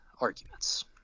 arguments